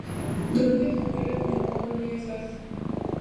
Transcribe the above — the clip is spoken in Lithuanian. dulkės sukelia pneumokoniozes